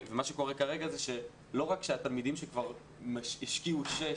מה שקורה כרגע זה שלא רק שהתלמידים שהשקיעו שש,